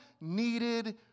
needed